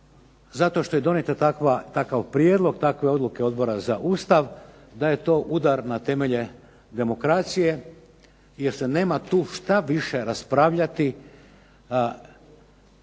zato što je donijet takav prijedlog odluke Odbora za Ustav da je to udar na temelje demokracije jer se nema tu što više raspravljati nego da